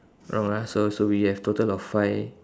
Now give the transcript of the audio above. wrong ah so so we have total of five